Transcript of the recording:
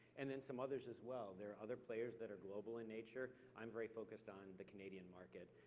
and then some others as well. there are other players that are global in nature. i'm very focused on the canadian market,